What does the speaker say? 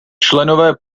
členové